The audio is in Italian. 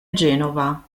genova